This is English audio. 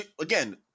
again